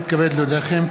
הנני מתכבד להודיעכם,